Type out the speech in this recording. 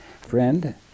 Friend